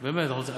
באמת.